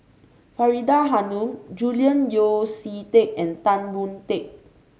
Faridah Hanum Julian Yeo See Teck and Tan Boon Teik